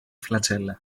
flagella